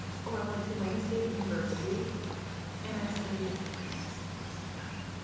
oh, i went to wayne state university and i studied in france for some time.